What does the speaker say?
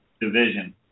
division